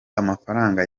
amafaranga